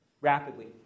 rapidly